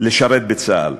לשרת בצה"ל.